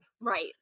Right